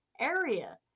area